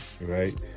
right